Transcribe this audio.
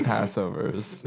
Passovers